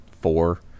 four